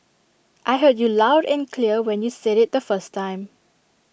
I heard you loud and clear when you said IT the first time